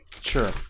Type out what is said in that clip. Sure